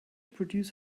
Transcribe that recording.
produce